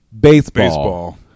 baseball